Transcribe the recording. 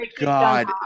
God